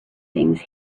things